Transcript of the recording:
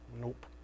Nope